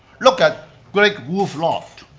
look at great wolf lodge.